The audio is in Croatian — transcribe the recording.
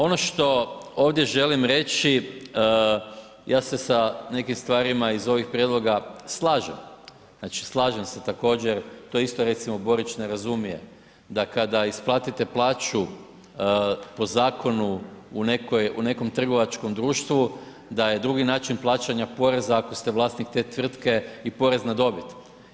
Ono što ovdje želim reći, ja se sa nekim stvarima iz ovih prijedloga slažem, znači slažem se također, to isto recimo Borić ne razumije, da kada isplatite plaću po zakonu u nekom trgovačkom društvu, da je drugi način plaćanja poreza ako ste vlasnik te tvrtke i porez na dobit.